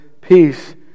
Peace